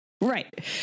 Right